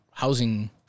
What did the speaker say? housing